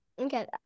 Okay